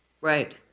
Right